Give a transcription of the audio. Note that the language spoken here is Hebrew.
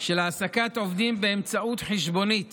של העסקת עובדים באמצעות חשבונית